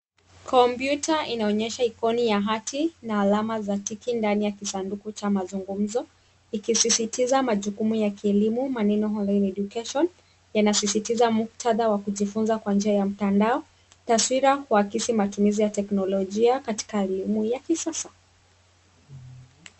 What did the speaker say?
Kompyuta inaonyesha ikoni ya hati na alama za tiki ndani ya kisanduku cha mazungumzo, ikisisitiza majukumu ya kielimu, maneno online education yanasisitiza muktadha wa kujifunza kwa njia ya mtandao. Taswira huakisi matumizi ya teknolojia katika elimu ya kisasa.